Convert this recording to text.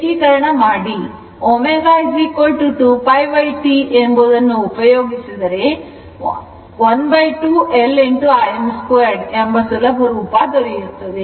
ಏಕೀಕರಣ ಮಾಡಿ ω 2π2 ಎಂಬುದನ್ನು ಉಪಯೋಗಿಸಿದರೆ half L Im 2 ಎಂಬ ಸುಲಭ ರೂಪ ದೊರೆಯುತ್ತದೆ